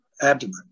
abdomen